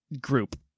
group